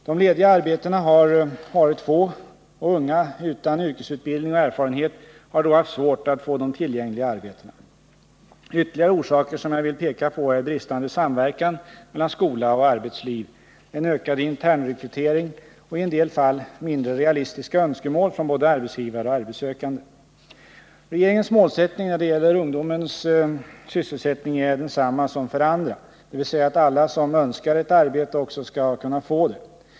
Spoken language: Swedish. De lediga arbetena har varit få, och unga utan yrkesutbildning och erfarenhet har då haft svårt att få de tillgängliga arbetena. Ytterligare orsaker som jag vill peka på är bristande samverkan mellan skola och arbetsliv, en ökad internrekrytering och i en del fall mindre realistiska önskemål från både arbetsgivare och arbetssökande. Regeringens målsättning när det gäller ungdomens sysselsättning är densamma som för andra, dvs. att alla som önskar ett arbete också skall kunna få det.